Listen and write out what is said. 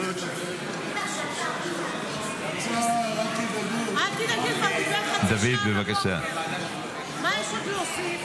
תדאג --- קיבלה חצי שעה בבוקר, מה יש עוד להוסיף